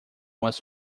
was